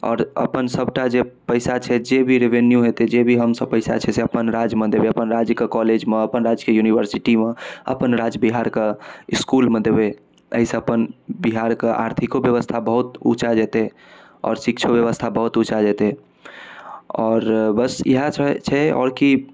आओर अपन सबटा जे पइसा छै जेभी रेवेन्यू हेतै जेभी हमसब पइसा छै से अपन राज्यमे देबै अपन राज्यके कॉलेजमे अपन राज्यके यूनिवर्सिटीमे अपन राज्य बिहारके इसकुलमे देबै एहिसँ अपन बिहारके आर्थिको बेबस्था बहुत उँचा जेतै आओर शिक्षो बेबस्था बहुत उँचा जेतै आओर बस इएह छै आओर कि